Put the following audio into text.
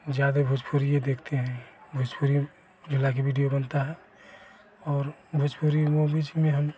जादे भोजपुरिए देखते हैं भोजपुरी में लाइक विडियो बनता है और भोजपुरी में बीच में हम